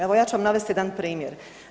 Evo ja ću vam navest jedan primjer.